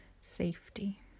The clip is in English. Safety